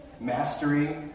mastery